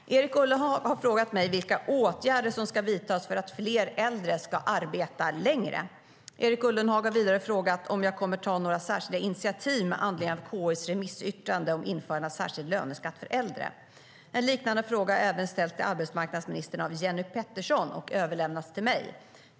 Herr talman! Erik Ullenhag har frågat mig vilka åtgärder som ska vidtas för att fler äldre ska arbeta längre. Erik Ullenhag frågar vidare om jag kommer att ta några särskilda initiativ med anledning av KI:s remissyttrande om införande av särskild löneskatt för äldre. En liknande fråga har ställts till arbetsmarknadsministern av Jenny Petersson och överlämnats till mig.